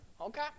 Okay